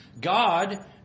God